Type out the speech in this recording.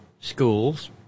schools